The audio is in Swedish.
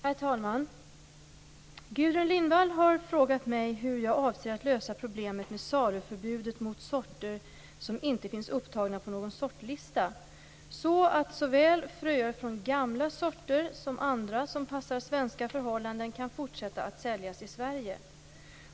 Herr talman! Gudrun Lindvall har frågat mig hur jag avser att lösa problemet med saluförbudet mot sorter som inte finns upptagna på någon sortlista, så att såväl fröer från gamla sorter som andra som passar svenska förhållanden kan fortsätta att säljas i Sverige.